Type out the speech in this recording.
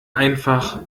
einfach